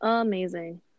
amazing